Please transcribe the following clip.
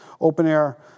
open-air